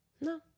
No